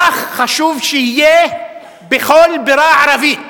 כך חשוב שיהיה בכל בירה ערבית: